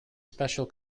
special